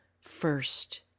first